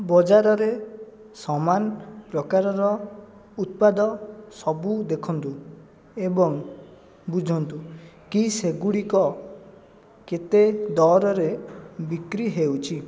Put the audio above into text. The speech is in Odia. ବଜାରରେ ସମାନ ପ୍ରକାରର ଉତ୍ପାଦ ସବୁ ଦେଖନ୍ତୁ ଏବଂ ବୁଝନ୍ତୁ କି ସେଗୁଡ଼ିକ କେତେ ଦରରେ ବିକ୍ରି ହେଉଛି